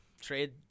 Trade